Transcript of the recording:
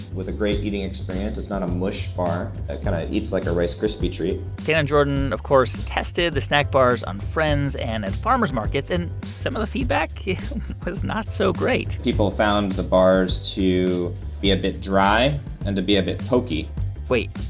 with a great eating experience it's not a mush bar. it kind of eats like a rice krispies treat dan and jordan, of course, tested the snack bars on friends and at farmers markets. and some of the feedback it yeah was not so great people found the bars to be a bit dry and to be a bit pokey wait,